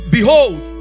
Behold